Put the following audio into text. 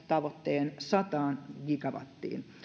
tavoitteen sataan gigawattiin